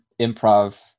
improv